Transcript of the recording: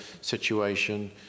situation